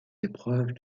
épreuves